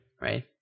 Right